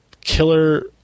Killer